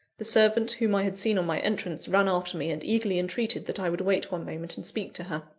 the servant whom i had seen on my entrance, ran after me, and eagerly entreated that i would wait one moment and speak to her.